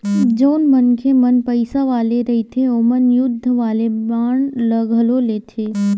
जउन मनखे मन पइसा वाले रहिथे ओमन युद्ध वाले बांड ल घलो लेथे